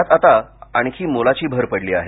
यात आता आणखी मोलाची भर पडली आहे